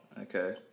okay